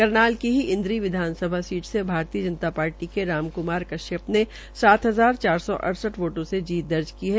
करनाल की ही इन्द्री विधानसभा सीट से भारतीय जनता पार्टी के राजक्मार कश्यप ने सात हजार चार सौ अडसड वोटों से जीत दर्ज की है